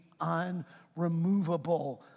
unremovable